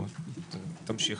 תמשיך,